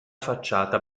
facciata